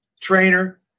trainer